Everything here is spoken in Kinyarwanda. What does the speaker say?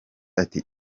ati